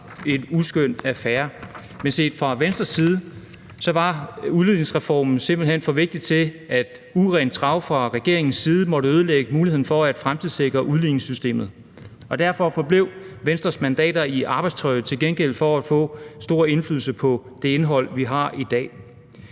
en uskøn affære, men set fra Venstres side var udligningsreformen simpelt hen for vigtig til, at urent trav fra regeringens side måtte ødelægge muligheden for at fremtidssikre udligningssystemet. Derfor forblev Venstre med sine mandater i arbejdstøjet for at få stor indflydelse på det indhold, vi har i dag.